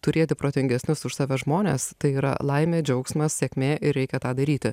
turėti protingesnius už save žmones tai yra laimė džiaugsmas sėkmė ir reikia tą daryti